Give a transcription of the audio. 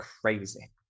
crazy